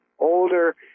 older